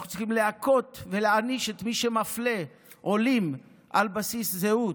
אנחנו צריכים להכות ולהעניש את מי שמפלה עולים על בסיס זהות.